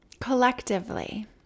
Collectively